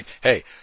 hey